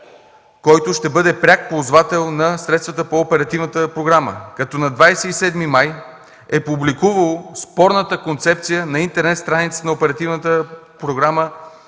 който ще бъде пряк ползвател на средствата по оперативната програма, като на 27 май е публикувало спорната концепция на интернет страницата на Оперативната програма